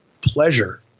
pleasure